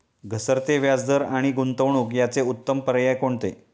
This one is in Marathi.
घसरते व्याजदर आणि गुंतवणूक याचे उत्तम पर्याय कोणते?